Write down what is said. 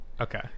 Okay